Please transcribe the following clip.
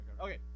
Okay